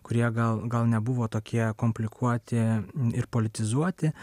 kurie gal gal nebuvo tokie komplikuoti ir politizuoti